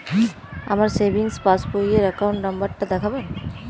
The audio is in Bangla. আমার সেভিংস পাসবই র অ্যাকাউন্ট নাম্বার টা দেখাবেন?